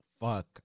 fuck